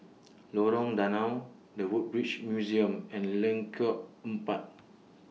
Lorong Danau The Woodbridge Museum and Lengkok Empat